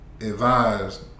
advised